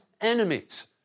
enemies